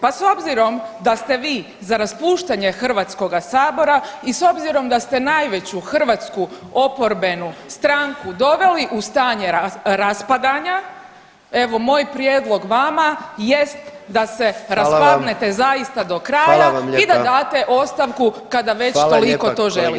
Pa s obzirom da ste vi za raspuštanje Hrvatskoga sabora i s obzirom da ste najveću hrvatsku oporbenu stranku doveli u stanje raspadanja, evo moj prijedlog vama jest da se raspadnete [[Upadica: Hvala vam.]] zaista do kraja [[Upadica: Hvala vam lijepa.]] i da date ostavku kad već toliko to želite.